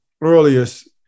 earliest